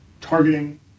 targeting